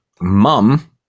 mum